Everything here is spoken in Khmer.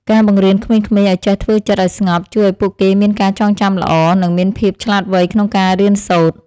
ការបង្រៀនក្មេងៗឱ្យចេះធ្វើចិត្តឱ្យស្ងប់ជួយឱ្យពួកគេមានការចងចាំល្អ និង មានភាពឆ្លាតវៃក្នុងការរៀនសូត្រ។